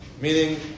Meaning